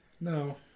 No